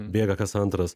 bėga kas antras